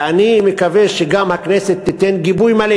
ואני מקווה שגם הכנסת תיתן גיבוי מלא